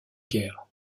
guerre